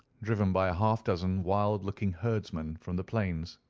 driven by a half-dozen wild-looking herdsmen from the plains.